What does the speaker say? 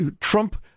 Trump